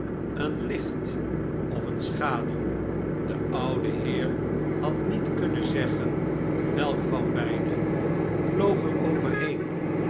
een licht of eene schaduw de oude heer had niet kunnen zeggen welk van beide vloog